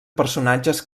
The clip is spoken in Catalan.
personatges